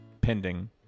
pending